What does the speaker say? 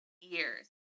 years